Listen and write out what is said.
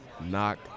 knock